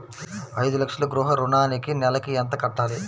ఐదు లక్షల గృహ ఋణానికి నెలకి ఎంత కట్టాలి?